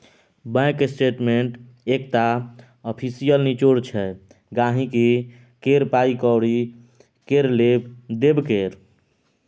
bank statement एकटा official निचोड़ छै गांहिकी केर पाइ कौड़ी केर लेब देब केर